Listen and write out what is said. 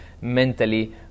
mentally